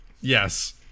Yes